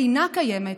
אינה קיימת,